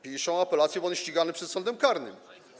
Piszą apelację, bo on jest ścigany przed sądem karnym.